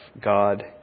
God